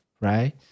right